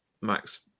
Max